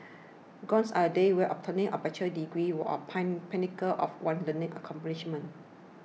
gones are the days when obtaining a bachelor's degree was pinnacle of one's learning accomplishments